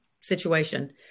situation